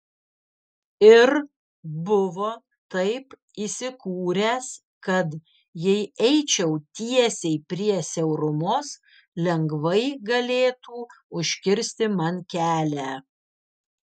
ir buvo taip įsikūręs kad jei eičiau tiesiai prie siaurumos lengvai galėtų užkirsti man kelią